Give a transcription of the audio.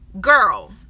girl